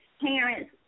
parents